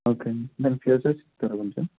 okay అండి మీరు places చెప్తారా కొంచెం